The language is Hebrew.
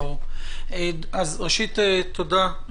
ראשית, תודה,